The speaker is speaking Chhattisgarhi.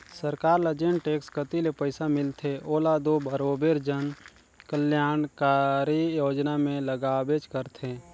सरकार ल जेन टेक्स कती ले पइसा मिलथे ओला दो बरोबेर जन कलयानकारी योजना में लगाबेच करथे